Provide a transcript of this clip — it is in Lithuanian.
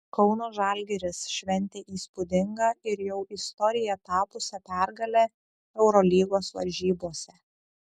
kauno žalgiris šventė įspūdingą ir jau istorija tapusią pergalę eurolygos varžybose